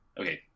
Okay